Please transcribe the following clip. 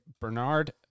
Bernard